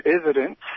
evidence